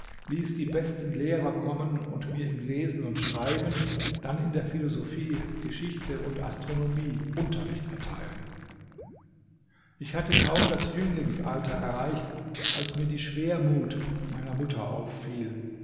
ließ die besten lehrer kommen und mir im lesen und schreiben dann in der philosophie geschichte und astronomie unterricht erteilen ich hatte kaum das jünglingsalter erreicht als mir die schwermut meiner mutter auffiel